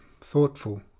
thoughtful